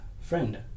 friend